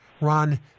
Ron